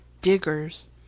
diggers